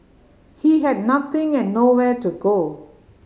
he had nothing and nowhere to go